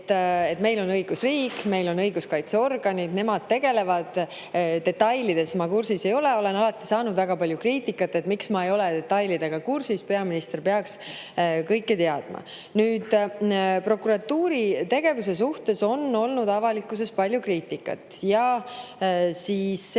et meil on õigusriik, meil on õiguskaitseorganid ja nemad tegelevad nendega, detailidega ma kursis ei ole. Olen alati saanud väga palju kriitikat, et miks ma ei ole detailidega kursis, peaminister peaks kõike teadma. Nüüd, prokuratuuri tegevuse kohta on olnud avalikkuses palju kriitikat. See